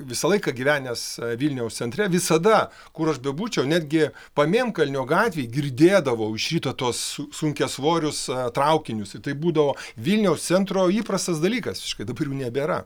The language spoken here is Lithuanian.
visą laiką gyvenęs vilniaus centre visada kur aš bebūčiau netgi pamėnkalnio gatvėje girdėdavau iš ryto tuos sun sunkiasvorius traukinius ir tai būdavo vilniaus centro įprastas dalykas visiškai dabar jų nebėra